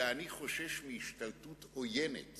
אלא מפני שאני חושש מהשתלטות עוינת